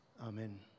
Amen